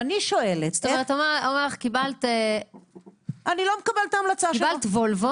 אני לא מקבל את ההמלצה שלו.